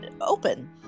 open